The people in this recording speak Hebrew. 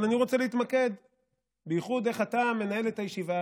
אבל אני רוצה להתמקד בייחוד: איך אתה מנהל את הישיבה